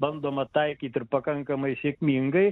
bandoma taikyt ir pakankamai sėkmingai